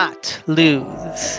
lose